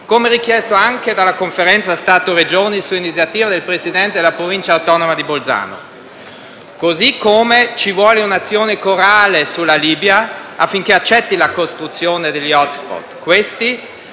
come richiesto anche dalla Conferenza Stato-Regioni, su iniziativa del Presidente della Provincia autonoma di Bolzano. Allo stesso modo, ci vuole un'azione corale sulla Libia affinché accetti la costruzione degli *hotspot*. Questi